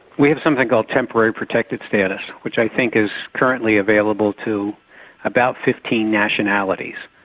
we have something called temporary protective status which i think is currently available to about fifteen nationalities,